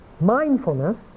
mindfulness